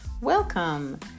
Welcome